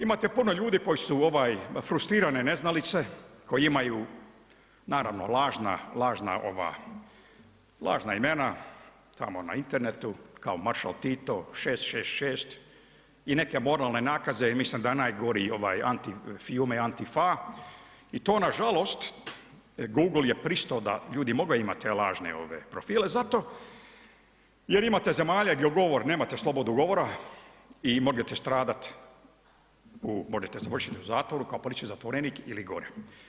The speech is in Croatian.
Imate puno ljudi koji su frustrirane neznalice, koje imaju naravno lažna, lažna ova, lažna imena tamo na internetu kao Maršal Tito, 666 i neke moralne nakaze i mislim da je najgori ovaj anti fjume anti fa i to nažalost Google je pristao da ljudi mogu imati te lažne profile zato jer imate zemalja gdje govor, nemate slobodu govora i možete stradat, možete završiti u zatvoru kao politički zatvorenik ili gore.